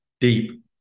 Deep